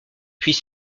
puis